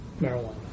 marijuana